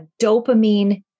dopamine